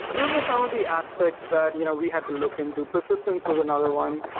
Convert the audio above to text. so those are some of the aspects that you know we had to look into. persistence was another one.